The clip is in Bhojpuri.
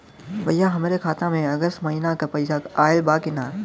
भईया हमरे खाता में अगस्त महीना क पैसा आईल बा की ना?